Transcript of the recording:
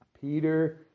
Peter